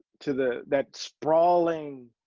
to the that sprawling,